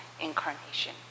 incarnation